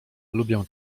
lubię